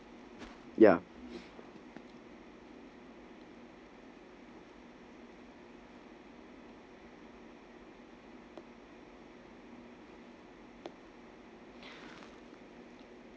ya